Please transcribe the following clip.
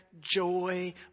joy